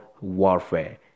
warfare